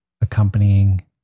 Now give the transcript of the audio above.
accompanying